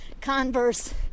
Converse